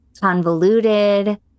convoluted